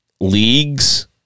leagues